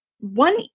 One